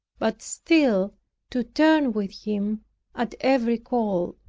but still to turn with him at every call.